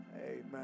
Amen